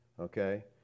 Okay